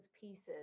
pieces